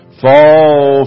fall